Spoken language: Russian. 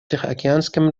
тихоокеанском